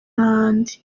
n’ahandi